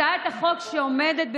הצעת החוק שעומדת בפנינו,